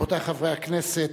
רבותי חברי הכנסת,